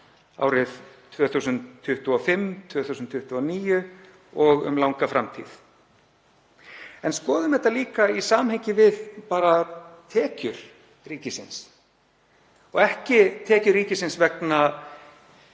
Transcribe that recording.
árin 2025, 2029 og um langa framtíð. Skoðum þetta líka í samhengi við tekjur ríkisins og ekki tekjur ríkisins vegna